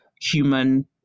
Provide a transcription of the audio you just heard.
human